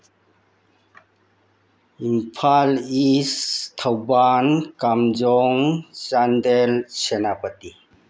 Imphal east Thoubal Kamjong Chandel Senapati